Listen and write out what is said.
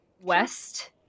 west